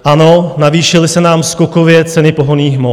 Ano, navýšily se nám skokově ceny pohonných hmot.